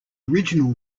original